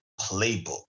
playbook